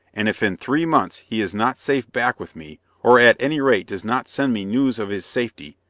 and if in three months he is not safe back with me, or at any rate does not send me news of his safety,